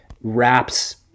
wraps